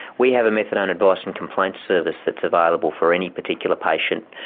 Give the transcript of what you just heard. we have a methadone advice and complaints service that's available for any particular patient.